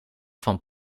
van